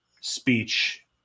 speech